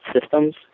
systems